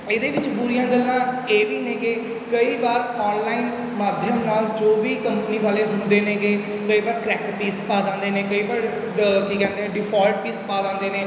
ਇਹਦੇ ਵਿੱਚ ਬੁਰੀਆਂ ਗੱਲਾਂ ਇਹ ਵੀ ਨੇ ਕਿ ਕਈ ਵਾਰ ਔਨਲਾਈਨ ਮਾਧਿਅਮ ਨਾਲ ਜੋ ਵੀ ਕੰਪਨੀ ਵਾਲੇ ਹੁੰਦੇ ਨੇ ਗੇ ਕਈ ਵਾਰ ਕਰੈਕ ਪੀਸ ਪਾ ਦਿੰਦੇ ਨੇ ਗੇ ਕਈ ਵਾਰ ਕੀ ਕਹਿੰਦੇ ਡਿਫੋਲਟ ਪੀਸ ਪਾ ਦਿੰਦੇ ਨੇ